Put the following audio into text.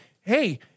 Hey